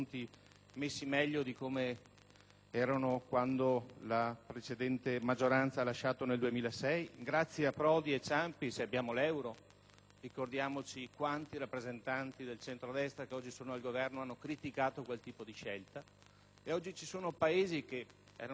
meglio di come la precedente maggioranza li lasciò nel 2006; è sempre grazie a Prodi e a Ciampi se abbiamo l'euro. Ricordiamoci quanti rappresentanti centrodestra, che oggi sono al Governo, hanno criticato quel tipo di scelta. Oggi ci sono Paesi, decantati fino a pochi mesi fa,